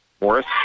Morris